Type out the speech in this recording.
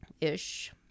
ish